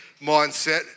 mindset